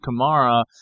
Kamara